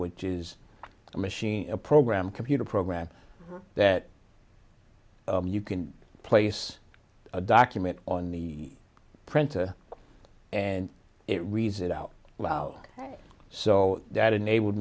which is a machine a program computer program that you can place a document on the printer and it reads it out loud ok so that enabled